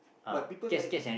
but people like